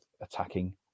attacking